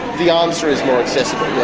the answer is more accessible, yeah.